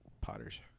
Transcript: potters